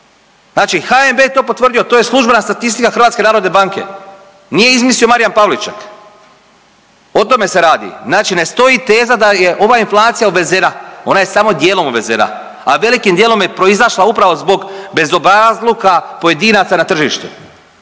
Znači HNB je to potvrdio, to je službena statistička HNB-a. Nije izmislio Marijan Pavliček. O tome se radi. Znači ne stoji teza da je ova inflacija uvezena. Ona je samo dijelom uvezena, a velikim dijelom je proizašla upravo zbog bezobrazluka pojedinaca na tržištu